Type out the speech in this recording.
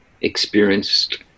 experienced